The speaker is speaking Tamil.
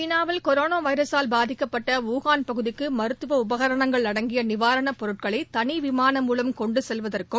சீனாவில் கொரோனா வைரசால் பாதிக்கப்பட்ட வூகாள் பகுதிக்கு மருத்துவ உபகரணங்கள் அடங்கிய நிவாரண பொருட்களை தனி விமானம் மூலம் கொண்டு செல்வதற்கும்